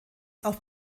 auf